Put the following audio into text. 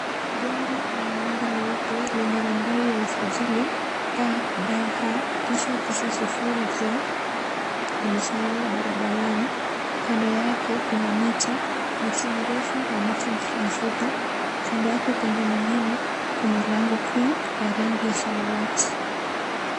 Gari la rangi nyeupe lenye nambari ya usajili KDH 990J limesimama barabarani, kando yake kuna miti, miti mirefu na miti mifupi. Kando yake upande mwingine kuna lango kuu la rangi ya samawati.